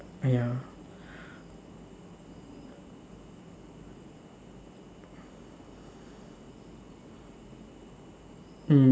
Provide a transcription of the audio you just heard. ya